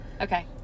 Okay